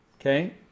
okay